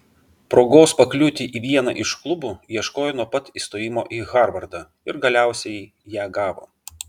progos pakliūti į vieną iš klubų ieškojo nuo pat įstojimo į harvardą ir galiausiai ją gavo